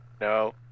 No